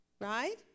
right